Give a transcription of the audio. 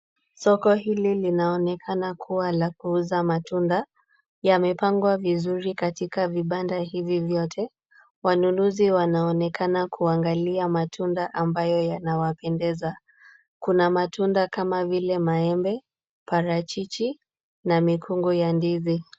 Soko hili linaonekana kuwa la kuuza matunda. Yamepangwa vizuri katika vibanda hivi vyote. Wanunuzi wanaonekana kuangalia matunda ambayo yanawapendeza. Kuna matunda kama vile maembe, parachichi na mikungu ya ndizi.